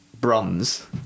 Bronze